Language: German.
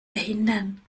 verhindern